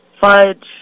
fudge